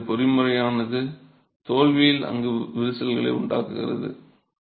எனவே இந்த பொறிமுறையானது தோல்வியில் அலகு விரிசல்களை உருவாக்குகிறது